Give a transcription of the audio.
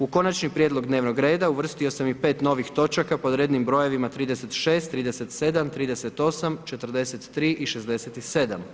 U konačni prijedlog dnevnog reda, uvrstio sam i 5 novih točaka, pod rednim brojevima 36., 37., 38. 43 i 67.